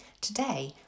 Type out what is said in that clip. Today